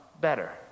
better